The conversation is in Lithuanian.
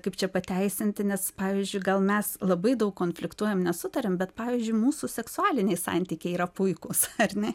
kaip čia pateisinti nes pavyzdžiui gal mes labai daug konfliktuojam nesutariam bet pavyzdžiui mūsų seksualiniai santykiai yra puikūs ar ne